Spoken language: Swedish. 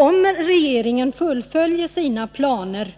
Om regeringen fullföljer sina planer